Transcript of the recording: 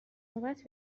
نوبت